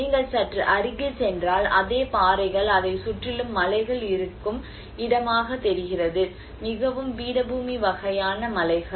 நீங்கள் சற்று அருகில் சென்றால் அதே பாறைகள் அதைச் சுற்றிலும் மலைகள் இருக்கும் இடமாகத் தெரிகிறது மிகவும் பீடபூமி வகையான மலைகள்